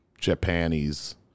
Japanese